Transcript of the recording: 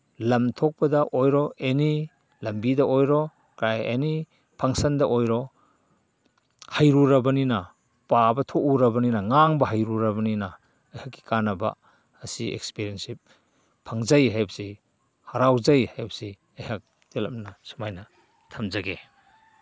ꯂꯝꯊꯣꯛꯄꯗ ꯑꯣꯏꯔꯣ ꯑꯦꯅꯤ ꯂꯝꯕꯤꯗ ꯑꯣꯏꯔꯣ ꯀ꯭ꯔꯥꯏ ꯑꯦꯅꯤ ꯐꯪꯁꯟꯗ ꯑꯣꯏꯔꯣ ꯍꯩꯔꯨꯔꯕꯅꯤꯅ ꯄꯥꯕ ꯊꯣꯛꯎꯔꯕꯅꯤꯅ ꯉꯥꯡꯕ ꯍꯩꯔꯨꯔꯕꯅꯤꯅ ꯑꯩꯍꯥꯛꯀꯤ ꯀꯥꯟꯅꯕ ꯑꯁꯤ ꯑꯦꯛꯁꯄꯔꯤꯌꯦꯟꯁꯁꯤ ꯐꯪꯖꯩ ꯍꯥꯏꯕꯁꯤ ꯍꯔꯥꯎꯖꯩ ꯍꯥꯏꯕꯁꯤ ꯑꯩꯍꯥꯛ ꯇꯦꯜꯂꯞꯅ ꯁꯨꯃꯥꯏꯅ ꯊꯝꯖꯒꯦ